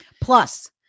Plus